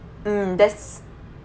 mm that's